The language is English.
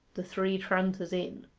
the three tranters inn.